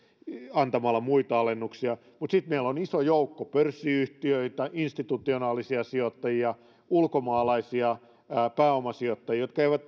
antamalla muita alennuksia mutta sitten meillä on iso joukko pörssiyhtiöitä institutionaalisia sijoittajia ulkomaalaisia pääomasijoittajia jotka eivät